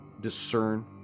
discern